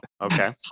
okay